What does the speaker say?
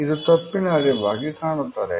ಇದು ತಪ್ಪಿನ ಅರಿವಾಗಿ ಕಾಣುತ್ತದೆ